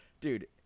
dude